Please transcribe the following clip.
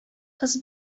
кыз